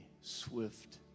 swift